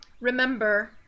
Remember